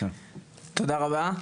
תודה רבה.